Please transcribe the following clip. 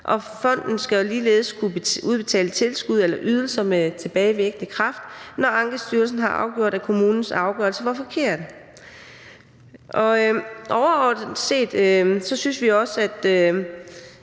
Fonden skal ligeledes kunne udbetale tilskud eller ydelser med tilbagevirkende kraft, når Ankestyrelsen har afgjort, at kommunens afgørelse var forkert. Overordnet set synes vi også, at